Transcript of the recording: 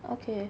okay